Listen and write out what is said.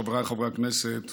חבריי חברי הכנסת,